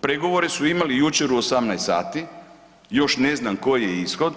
Pregovore su imali jučer u 18 sati, još ne znam koji je ishod,